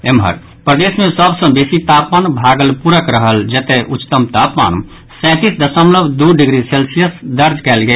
एम्हर प्रदेश मे सभ सँ बेसी तापमान भागलपुरक रहल जतऽ उच्चतम तापमान सैंतीस दशमलव दू डिग्री सेल्सियस दर्ज कयल गेल